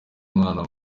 umwanya